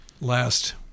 last